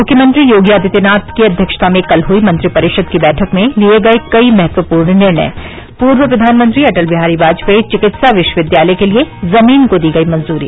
मुख्यमंत्री योगी आदित्यनाथ की अध्यक्षता में कल हुई मंत्रिपरिषद की बैठक में लिये गये कई महत्वपूर्ण निर्णय पूर्व प्रधानमंत्री अटल बिहारी वाजपेई चिकित्सा विश्वविद्यालय के लिये जमीन को दी गई मंजूरी